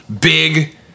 big